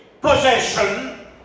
possession